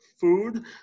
food